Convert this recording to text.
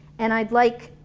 and i'd like,